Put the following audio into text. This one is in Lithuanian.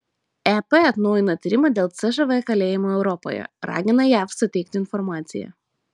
ep atnaujina tyrimą dėl cžv kalėjimų europoje ragina jav suteikti informaciją